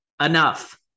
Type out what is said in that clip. Enough